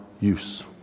use